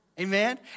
Amen